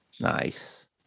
Nice